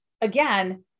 again